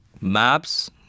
maps